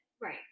Right